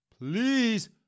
please